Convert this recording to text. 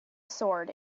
sword